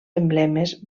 emblemes